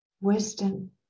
wisdom